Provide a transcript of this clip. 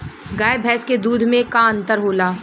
गाय भैंस के दूध में का अन्तर होला?